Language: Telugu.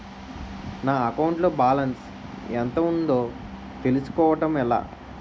నా అకౌంట్ లో బాలన్స్ ఎంత ఉందో తెలుసుకోవటం ఎలా?